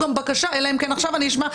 אלא אם כן עכשיו אני אשמע.